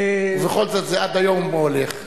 ובכל זאת, זה עד היום הולך.